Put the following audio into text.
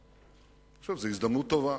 אני חושב שזאת הזדמנות טובה.